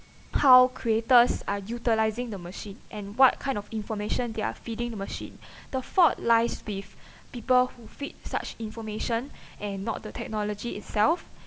how creators are utilizing the machine and what kind of information they're feeding the machine the fault lies with people who feed such information and not the technology itself